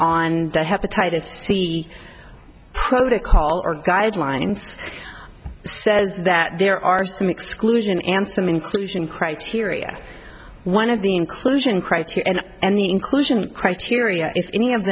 on the hepatitis c protocol or guidelines says that there are some exclusion and some inclusion criteria one of the inclusion criteria and and the inclusion criteria if any of